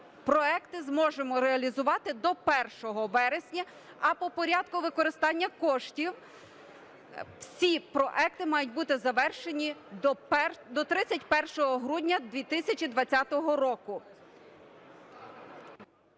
проекти зможемо реалізувати до 1 вересня. А по порядку використання коштів, всі проекти мають бути завершені до 31 грудня 2020 року.